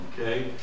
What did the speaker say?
Okay